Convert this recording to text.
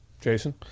jason